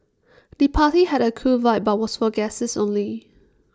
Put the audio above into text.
the party had A cool vibe but was for guests only